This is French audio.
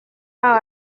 pas